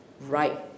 right